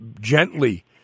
gently